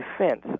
defense